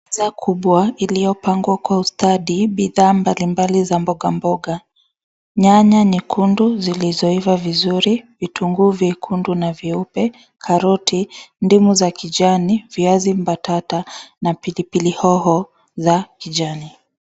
Meza kubwa iliyopangwa kwa ustadi, bidhaa mbalimbali za mboga mboga. Nyanya nyekundu zilizoiva vizuri, vitunguu vyekundu na vyeupe, karoti, ndimu za kijani , viazi mbatata na pia pilipili hoho za kijani.